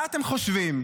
מה אתם חושבים?